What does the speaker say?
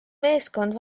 meeskond